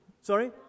Sorry